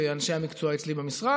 ואנשי המקצוע אצלי במשרד,